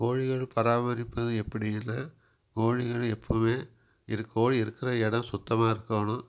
கோழிகள் பராமரிப்பது எப்படினால் கோழிகளை எப்போவுமே இரு கோழி இருக்கிற இடம் சுத்தமாக இருக்கணும்